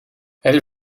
elle